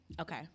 okay